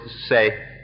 say